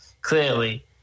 clearly